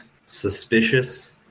suspicious